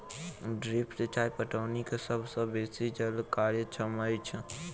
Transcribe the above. drip सिचाई पटौनी के सभ सॅ बेसी जल कार्यक्षम अछि